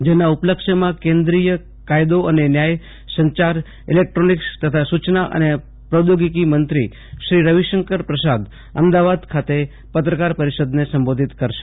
જેના ઉપ્લક્ષામાં કેન્દ્રીય કાયદો અને ન્યાય સંચાર ઇલેક્ટ્રોનીક્સ તથા સુચના અને પ્રોદ્યોગીકી મંત્રી શ્રી રવિશંકર પ્રસાદ અમદાવાદ ખાતે પત્રકાર પરિષદ ને સંબોધન કરશે